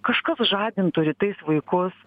kažkas žadintų rytais vaikus